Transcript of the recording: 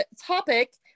topic